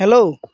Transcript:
hello